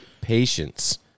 patience